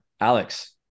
Alex